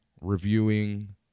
reviewing